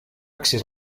accés